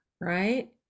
Right